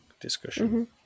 discussion